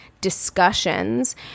discussions